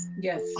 Yes